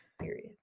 period